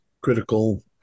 Critical